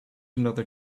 another